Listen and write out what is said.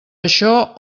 això